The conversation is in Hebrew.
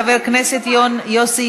חבר הכנסת יוסי